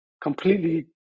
completely